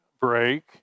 break